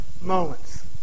moments